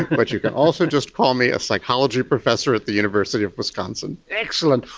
but you can also just call me a psychology professor at the university of wisconsin. excellent.